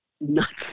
nuts